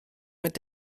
mit